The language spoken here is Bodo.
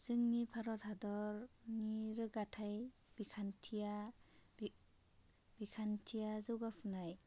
जोंनि भारत हादरनि रोगाथाय बिखान्थिया जौगाखानाय